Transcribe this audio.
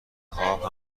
خواب